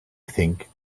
think